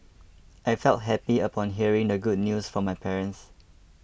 I felt happy upon hearing the good news from my parents